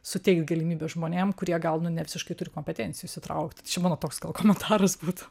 suteikt galimybių žmonėm kurie gal nu ne visiškai turi kompetencijų įsitraukt čia mano toks gal komentaras būtų